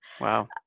Wow